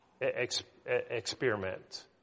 experiment